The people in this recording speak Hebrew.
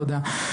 תודה.